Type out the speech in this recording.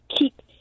keep